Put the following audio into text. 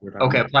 okay